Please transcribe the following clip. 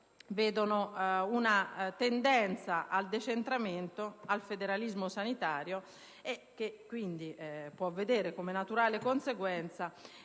mostra una tendenza al decentramento e al federalismo sanitario che, quindi, vede come naturale conseguenza